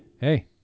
hey